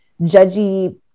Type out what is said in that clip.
judgy